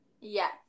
yes